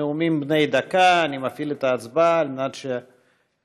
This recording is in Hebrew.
אוסטריה בדבר מניעת כפל מס ומניעת